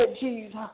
Jesus